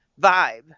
vibe